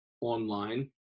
online